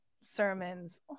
sermons